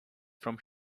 from